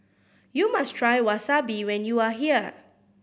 you must try Wasabi when you are here